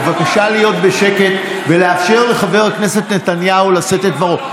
בבקשה להיות בשקט ולאפשר לחבר הכנסת נתניהו לשאת את דברו.